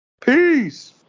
Peace